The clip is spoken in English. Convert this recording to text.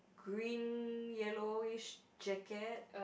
green yellowish jacket